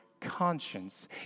conscience